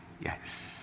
Yes